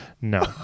no